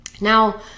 Now